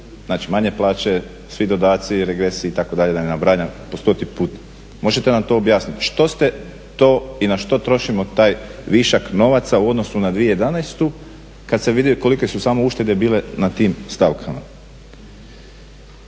Znači, manje plaće, svi dodaci, regresi, itd., da ne nabrajam po stoti put. Možete nam to objasniti, što ste to i na što trošimo taj višak novaca u odnosu na 2011. kad se vidi kolike su same uštede bile na tim stavkama?